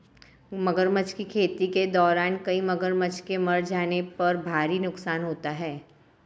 मगरमच्छ की खेती के दौरान कई मगरमच्छ के मर जाने पर भारी नुकसान होता है